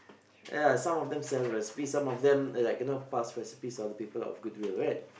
ya some of them sell recipes some of them like you know pass recipes to other people out of goodwill right